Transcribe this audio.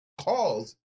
calls